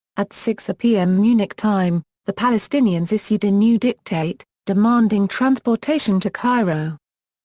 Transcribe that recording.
at six pm munich time, the palestinians issued a new dictate, demanding transportation to cairo.